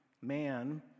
man